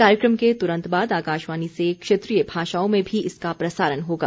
कार्यक्रम के तुरंत बाद आकाशवाणी से क्षेत्रीय भाषाओं में भी इसका प्रसारण होगा